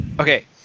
okay